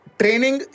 training